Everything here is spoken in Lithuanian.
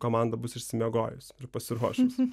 komanda bus išsimiegojus ir pasiruošus